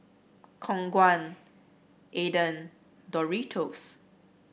Khong Guan Aden Doritos